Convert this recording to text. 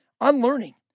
Unlearning